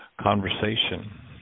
conversation